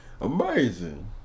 Amazing